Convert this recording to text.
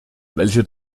welche